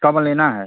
कब लेना है